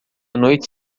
noite